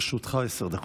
לרשותך עשר דקות.